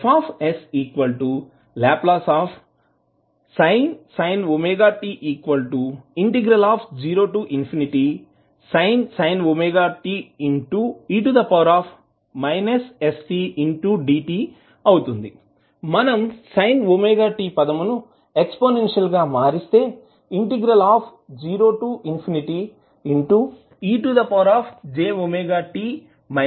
FsLsin wt0e stdt మనం sin ωt పదముని exponential గా మారిస్తే 0ejwt e jwt2je stdt అవుతుంది